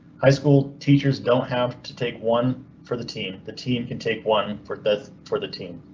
high school teachers don't have to take one for the team. the team can take one for the for the team.